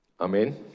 Amen